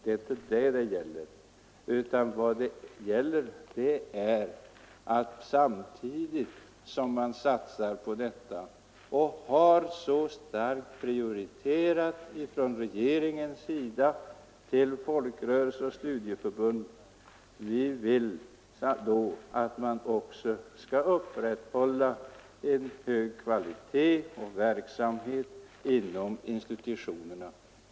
Men nu är det inte fråga om det, utan vad det här gäller är att samtidigt som regeringen så starkt har prioriterat och satsat på folkrörelser och studieförbund vill vi att man också skall upprätthålla hög kvalitet på verksamheten inom institutionerna.